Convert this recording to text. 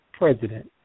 President